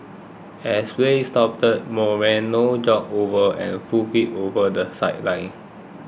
as play stopped Moreno jogged over and hoofed it over the sideline